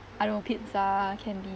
I don't know pizza can be